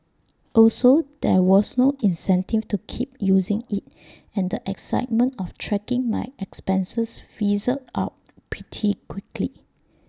also there was no incentive to keep using IT and the excitement of tracking my expenses fizzled out pretty quickly